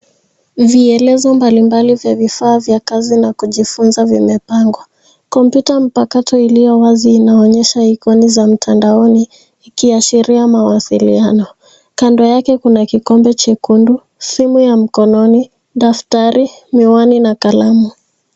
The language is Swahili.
Vielezo mbalimbali vya vifaa vya kazi na kujifunza vimepangwa. Kompyuta mpakato iliyowazi inaonyesha ikoni za mtandaoni ikiashiria mawasiliano. Kando yake kuna kikombe chekundu, simu ya mkononi, daftari, miwani na kalamu.